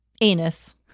Anus